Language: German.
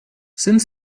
sind